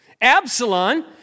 Absalom